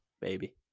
baby